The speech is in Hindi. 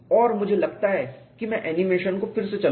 और मुझे लगता है कि मैं एनीमेशन को फिर से चलाऊ